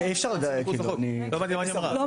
אי אפשר -- לא אבל למה אי אפשר